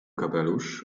kapelusz